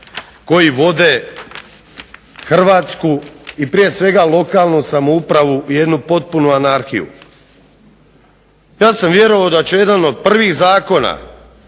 koji vode Hrvatsku i prije svega lokalnu samoupravu u jednu potpunu anarhiju. Ja sam vjerovao da će jedan od prvih zakona